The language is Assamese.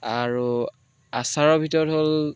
আৰু আচাৰৰ ভিতৰত হ'ল